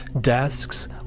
desks